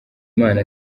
imana